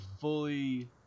fully